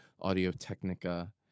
Audio-Technica